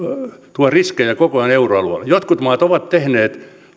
tuo riskejä koko euroalueelle jotkut maat ovat tehneet